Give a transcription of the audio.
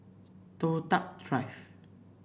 Toh Tuck Drive